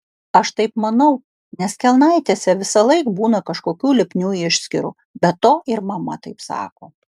aš taip manau nes kelnaitėse visąlaik būna kažkokių lipnių išskyrų be to ir mama taip sako